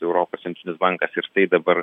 europos centrinis bankas ir tai dabar